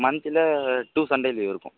மந்த்தில் two Sunday leave இருக்கும்